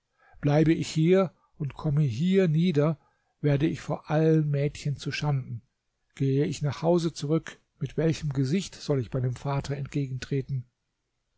bleibe ich hier und komme hier nieder werde ich vor allen mädchen zuschanden geh ich nach hause zurück mit welchem gesicht soll ich meinem vater entgegentreten